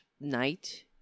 night